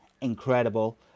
incredible